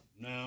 No